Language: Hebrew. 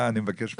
אני מבקש מחילה.